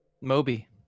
Moby